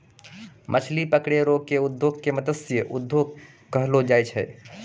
मछली पकड़ै रो उद्योग के मतस्य उद्योग कहलो जाय छै